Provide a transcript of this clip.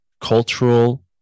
cultural